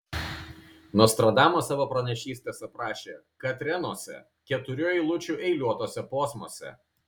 nostradamas savo pranašystes aprašė katrenuose keturių eilučių eiliuotuose posmuose